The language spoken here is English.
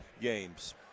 games